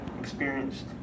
experienced